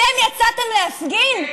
אתם יצאתם להפגין?